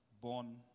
born